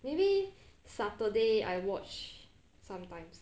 maybe saturday I watch sometimes